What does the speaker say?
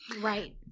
Right